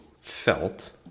felt